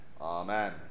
Amen